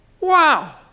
Wow